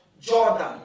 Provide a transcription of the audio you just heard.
Jordan